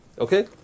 Okay